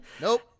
Nope